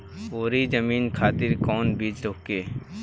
उपरी जमीन खातिर कौन बीज होखे?